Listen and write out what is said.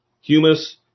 Humus